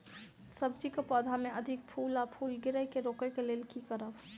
सब्जी कऽ पौधा मे अधिक फूल आ फूल गिरय केँ रोकय कऽ लेल की करब?